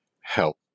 help